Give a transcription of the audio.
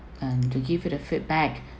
and to give you the feedback